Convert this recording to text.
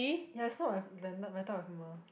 ya is not my my type of humour